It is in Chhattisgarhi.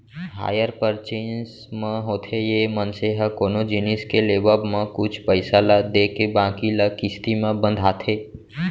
हायर परचेंस म होथे ये मनसे ह कोनो जिनिस के लेवब म कुछ पइसा ल देके बाकी ल किस्ती म बंधाथे